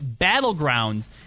Battlegrounds